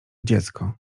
dziecko